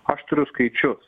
aš turiu skaičius